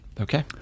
Okay